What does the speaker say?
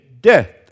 death